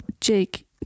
Jake